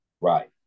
Right